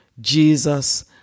Jesus